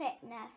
fitness